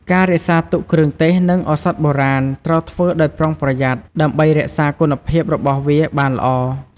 ការរក្សាទុកគ្រឿងទេស និងឱសថបុរាណត្រូវធ្វើដោយប្រុងប្រយ័ត្នដើម្បីរក្សាគុណភាពរបស់វាបានល្អ។